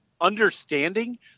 understanding